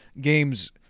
games